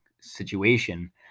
situation